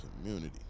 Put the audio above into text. community